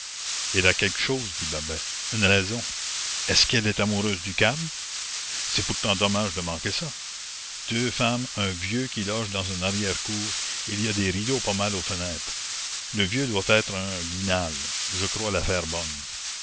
elle a quelque chose dit babet une raison est-ce qu'elle est amoureuse du cab c'est pourtant dommage de manquer ça deux femmes un vieux qui loge dans une arrière-cour il y a des rideaux pas mal aux fenêtres le vieux doit être un guinal je crois l'affaire bonne